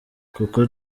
kuko